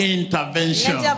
intervention